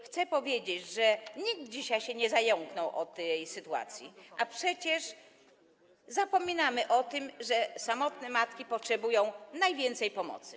Chcę powiedzieć, że nikt dzisiaj się nie zająknął o tej sytuacji, a przecież zapominamy o tym, że samotne matki potrzebują najwięcej pomocy.